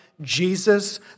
Jesus